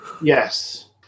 Yes